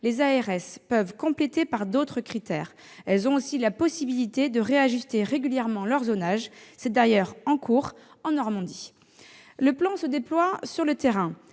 les ARS peuvent compléter par d'autres critères. Elles ont aussi la possibilité de réajuster régulièrement leur zonage ; un tel réajustement est d'ailleurs en cours en Normandie. Le plan se déploie sur le terrain